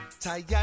Tired